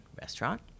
restaurant